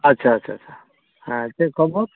ᱟᱪᱪᱷᱟ ᱪᱷᱟ ᱪᱷᱟ ᱦᱮᱸ ᱪᱮᱫ ᱠᱷᱚᱵᱚᱨ